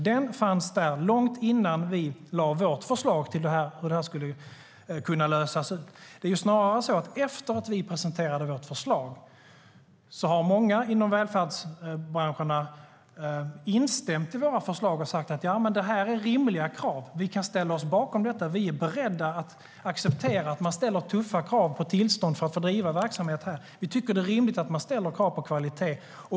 Den fanns där långt innan vi lade fram vårt förslag på hur detta skulle kunna lösas. Snarare är det så att efter att vi presenterade vårt förslag har många i välfärdsbranscherna instämt i våra förslag och sagt: Detta är rimliga krav. Vi kan ställa oss bakom detta. Vi är beredda att acceptera att man ställer tuffa krav på tillstånd för att få driva verksamhet här. Vi tycker att det är rimligt att man ställer krav på kvalitet.